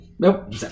Nope